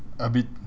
a bit